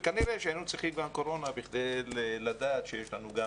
וכנראה שהיינו צריכים גם קורונה כדי לדעת שיש לנו גם